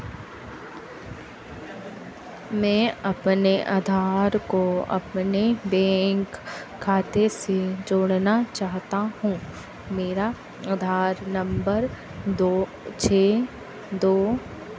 मैं अपने अधार को अपने बेंक खाते से जोड़ना चाहता हूँ मेरा आधार नंबर दो छः दो